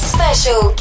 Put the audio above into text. Special